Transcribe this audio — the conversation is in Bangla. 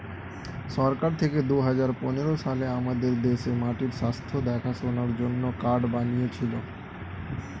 সরকার থেকে দুহাজার পনেরো সালে আমাদের দেশে মাটির স্বাস্থ্য দেখাশোনার জন্যে কার্ড বানিয়েছিলো